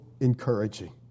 encouraging